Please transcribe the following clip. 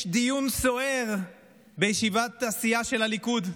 יש דיון סוער בישיבת הסיעה של הליכוד.